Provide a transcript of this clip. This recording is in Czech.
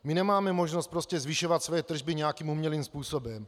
My nemáme možnost zvyšovat své tržby nějakým umělým způsobem.